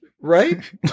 Right